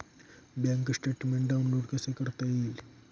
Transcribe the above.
Bank statement download कसे करता येईल?